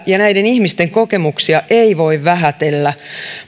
ja näiden ihmisten kokemuksia ei voi vähätellä